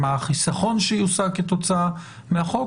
מה החיסכון שיושג כתוצאה מהחוק.